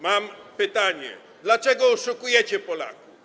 Mam pytanie: Dlaczego oszukujecie Polaków?